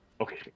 Okay